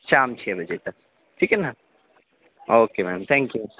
شام چھ بجے تک ٹھیک ہے نا اوکے میم تھینک یو